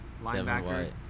linebacker